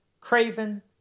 Craven